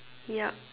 yup